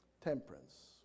Temperance